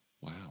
Wow